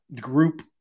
group